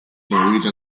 norwegian